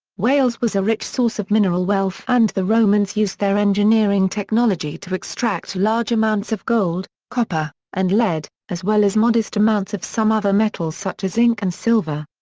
wales was a rich source of mineral wealth and the romans used their engineering technology to extract large amounts of gold, copper, and lead, as well as modest amounts of some other metals such as zinc and silver.